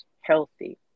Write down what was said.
healthy